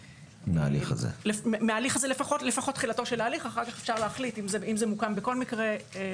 מההליך הזה לפחות מתחילתו של ההליך; אחר כך אפשר להחליט מה עושים,